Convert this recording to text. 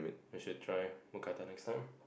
you should try Mookata next time